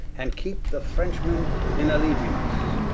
and keepe the frenchmen in allegeance